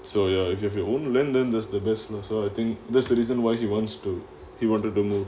so ya if you have your own linden this the business so I think that's the reason why he wants to he wanted to move